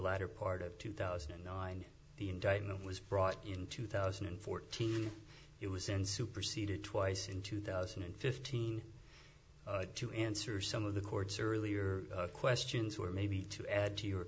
latter part of two thousand and nine the indictment was brought in two thousand and fourteen it was in superseded twice in two thousand and fifteen to answer some of the court's earlier questions were maybe to add to your